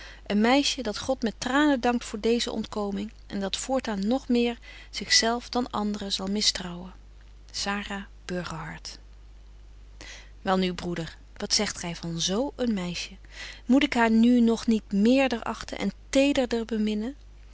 een meisje dat god met tranen dankt voor deeze ontkoming en dat voortaan nog meer zich zelf dan anderen zal mistrouwen wel nu broeder wat zegt gy van zo een meisje moet ik haar nu nog niet meerder achten en tederder